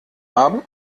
haben